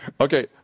Okay